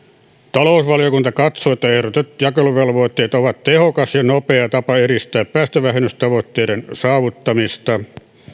talousvaliokunta katsoo että ehdotetut jakeluvelvoitteet ovat tehokas ja nopea tapa edistää päästövähennystavoitteiden saavuttamista